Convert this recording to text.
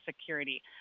Security